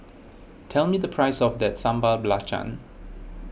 tell me the price of that Sambal Belacan